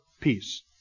peace